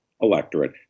electorate